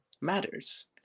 matters